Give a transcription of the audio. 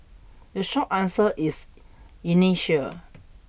the short answer is inertia